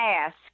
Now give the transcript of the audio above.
ask